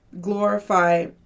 glorify